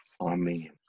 Amen